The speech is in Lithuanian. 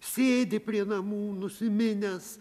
sėdi prie namų nusiminęs